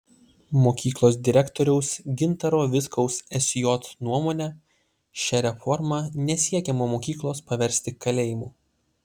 mokyklos direktoriaus gintaro vitkaus sj nuomone šia reforma nesiekiama mokyklos paversti kalėjimu